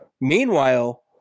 Meanwhile